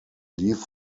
leave